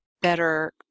better